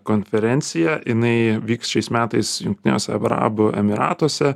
konferencija jinai vyks šiais metais jungtiniuose arabų emyratuose